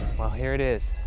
well, here it is,